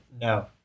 No